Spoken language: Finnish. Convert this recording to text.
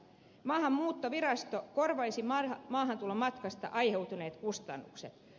maahanmuuttovirasto korvaisi maahantulomatkasta aiheutuneet kustannukset